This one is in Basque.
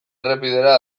errepidera